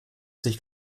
sich